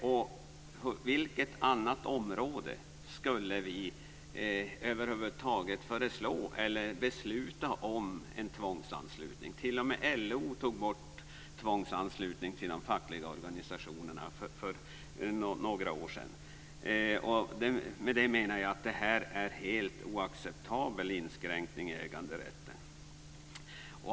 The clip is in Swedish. På vilket annat område skulle vi över huvud taget besluta om en tvångsanslutning? T.o.m. LO tog bort tvångsanslutningen till de fackliga organisationerna för några år sedan. Detta är en helt oacceptabel inskränkning i äganderätten.